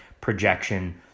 projection